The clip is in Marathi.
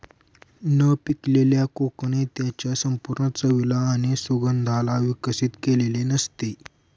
न पिकलेल्या कोकणे त्याच्या संपूर्ण चवीला आणि सुगंधाला विकसित केलेले नसते